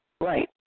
Right